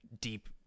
deep